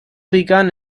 begun